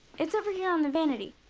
it's over here on the vanity.